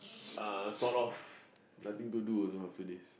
uh sort of nothing to do also after this